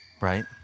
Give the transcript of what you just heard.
right